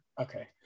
Okay